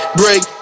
break